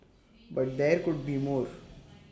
but there could be more